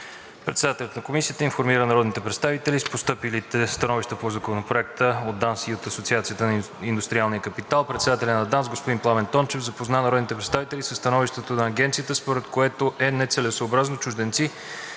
Председателят на Комисията информира народните представители с постъпилите становища по Законопроекта от ДАНС и от Асоциацията на индустриалния капитал. Председателят на ДАНС господин Пламен Тончев запозна народните представители със становището на Агенцията, според което е нецелесъобразно чужденци,